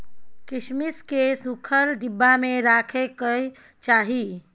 किशमिश केँ सुखल डिब्बा मे राखे कय चाही